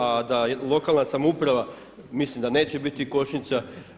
A da lokalna samouprava mislim da neće biti kočnica.